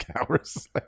hours